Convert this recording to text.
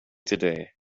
today